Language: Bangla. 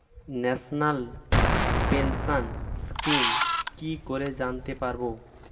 ন্যাশনাল পেনশন স্কিম কি করে করতে পারব?